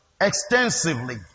extensively